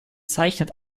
zeichnet